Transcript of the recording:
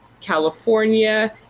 California